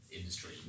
industry